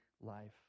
life